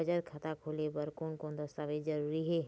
बचत खाता खोले बर कोन कोन दस्तावेज जरूरी हे?